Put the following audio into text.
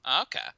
Okay